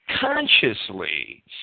consciously